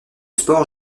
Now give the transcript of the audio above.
sport